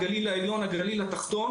הגליל העליון והגליל התחתון,